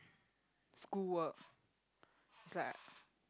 school work is like